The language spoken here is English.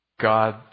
God